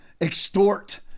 extort